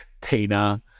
Tina